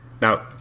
Now